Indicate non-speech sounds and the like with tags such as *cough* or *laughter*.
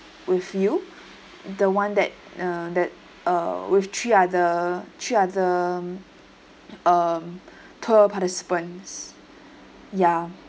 with you the one that uh that uh with three other three other um *breath* um tour participants ya